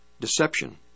Deception